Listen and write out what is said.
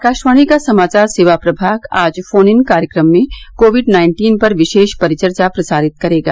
आकाशवाणी का समाचार सेवा प्रभाग आज फोन इन कार्यक्रम में कोविड नाइन्टीन पर विशेष परिचर्चा प्रसारित करेगा